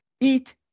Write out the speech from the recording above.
EAT